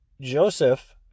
Joseph